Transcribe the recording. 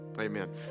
Amen